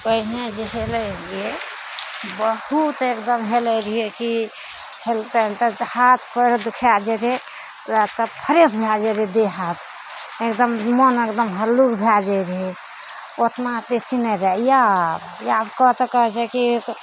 पहिने जे हेलय रहियइ बहुत एकदम हेलय रहियइ कि हेलते हेलते हाथ पयर दुखा जाइ रहय पूरा फ्रेश भए जाइ रहय देह हाथ एकदम मोन एकदम हल्लूक भए जाइ रहय ओतना तेनय रहय आब आब कहब तऽ कहबइ कि